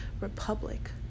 republic